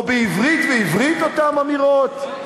או בעברית ובעברית הן אותן אמירות?